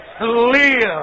live